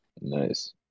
Nice